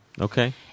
Okay